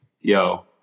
yo